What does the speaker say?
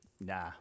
nah